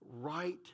right